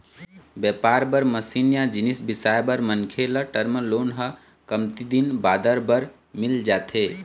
बेपार बर मसीन या जिनिस बिसाए बर मनखे ल टर्म लोन ह कमती दिन बादर बर मिल जाथे